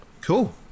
cool